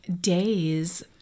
days